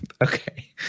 okay